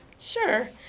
Sure